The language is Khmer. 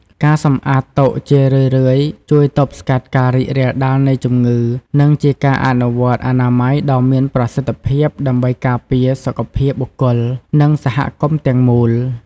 ការសម្អាតតុជារឿយៗជួយទប់ស្កាត់ការរីករាលដាលនៃជំងឺ និងជាការអនុវត្តអនាម័យដ៏មានប្រសិទ្ធភាពដើម្បីការពារសុខភាពបុគ្គល និងសហគមន៍ទាំងមូល។